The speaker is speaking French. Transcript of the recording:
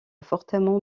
fortement